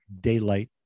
daylight